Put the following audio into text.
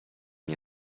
nie